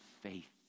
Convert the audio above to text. faith